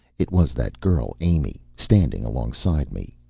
it was that girl amy, standing alongside me.